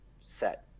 set